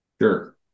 Sure